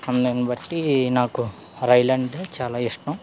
అం దాన్ని బట్టి నాకు రైలు అంటే చాలా ఇష్టం